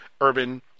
urban